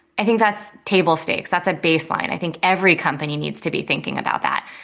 i think that's table stakes, that's a baseline. i think every company needs to be thinking about that.